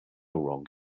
wrong